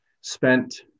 spent